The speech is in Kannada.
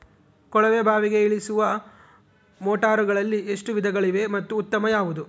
ಕೊಳವೆ ಬಾವಿಗೆ ಇಳಿಸುವ ಮೋಟಾರುಗಳಲ್ಲಿ ಎಷ್ಟು ವಿಧಗಳಿವೆ ಮತ್ತು ಉತ್ತಮ ಯಾವುದು?